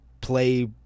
Play